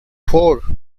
four